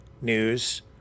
news